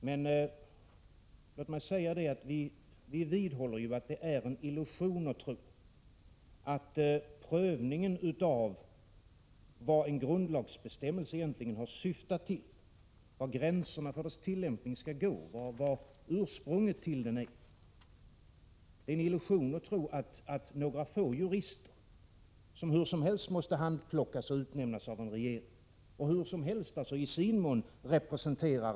Men låt mig säga att när det gäller prövningen av vad en grundlagsbestämmelse egentligen har syftat till, var gränserna för dess tillämpning skall gå, vad ursprunget till den är, så är det en illusion att tro att några få jurister skulle garantera opartiskheten och kunna tolka grundlagsstiftarens avsikt bättre än grundlagsstiftaren själv.